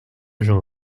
j’en